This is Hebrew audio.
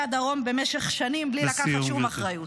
הדרום במשך שנים בלי לקחת שום אחריות.